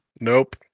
Nope